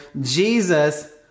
jesus